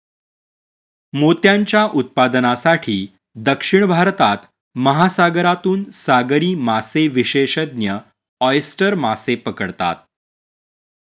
मोत्यांच्या उत्पादनासाठी, दक्षिण भारतात, महासागरातून सागरी मासेविशेषज्ञ ऑयस्टर मासे पकडतात